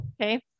Okay